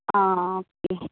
ആണോ ഓക്കെ